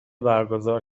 برگزار